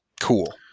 Cool